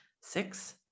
six